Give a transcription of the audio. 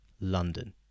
London